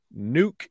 Nuke